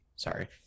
Sorry